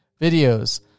videos